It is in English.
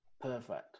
Perfect